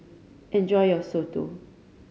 enjoy your soto